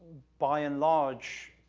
by and large,